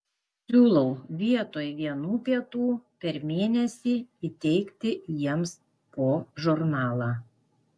siūlau vietoj vienų pietų per mėnesį įteikti jiems po žurnalą